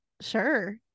Sure